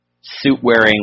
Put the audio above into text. suit-wearing